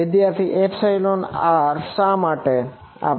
વિદ્યાર્થી r શા માટે આપણે